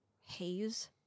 haze